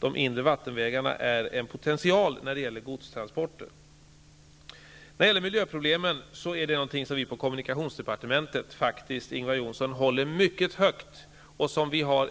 De inre vattenvägarna är en potential när det gäller godstransporter På kommunikationsdepartementet tar vi faktiskt, Ingvar Johnsson, mycket allvarligt på miljöproblemen, och vi har